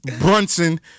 Brunson